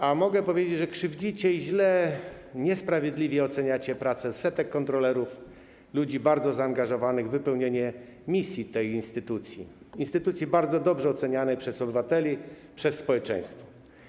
A mogę powiedzieć, że krzywdzicie i źle, niesprawiedliwie oceniacie pracę setek kontrolerów, ludzi bardzo zaangażowanych w wypełnianie misji tej instytucji, instytucji bardzo dobrze ocenianej przez obywateli, przez społeczeństwo.